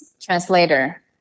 Translator